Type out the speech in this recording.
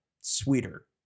sweeter